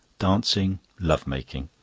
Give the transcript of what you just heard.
dancing, love-making.